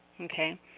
Okay